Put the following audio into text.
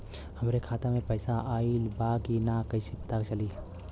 हमरे खाता में पैसा ऑइल बा कि ना कैसे पता चली?